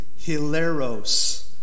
hilaros